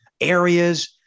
areas